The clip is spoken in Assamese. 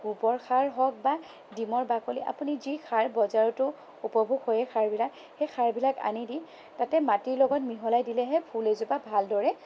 গোবৰ সাৰ হওঁক বা ডিমৰ বাকলি আপুনি যি সাৰ বজাৰতো উপভোগ হয়েই সাৰবিলাক সেই সাৰবিলাক আনি দি তাতে মাটিৰ লগত মিহলাই দিলেহে ফুল এজোপা ভালদৰে